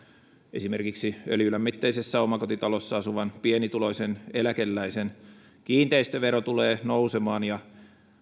esimerkiksi öljylämmitteisessä omakotitalossa asuvan pienituloisen eläkeläisen kiinteistövero tulee nousemaan ja